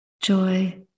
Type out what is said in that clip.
joy